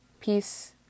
peace